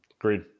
Agreed